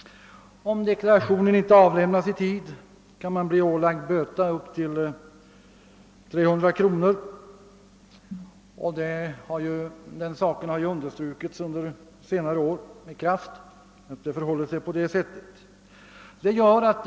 Om deklarationen inte avlämnas i tid kan man bli ålagd att böta upp till 300 kronor; detta förhållande har under senare år understrukits med kraft.